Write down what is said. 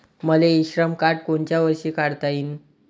मले इ श्रम कार्ड कोनच्या वर्षी काढता येईन?